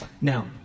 Now